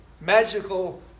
magical